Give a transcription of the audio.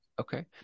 Okay